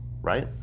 right